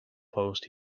post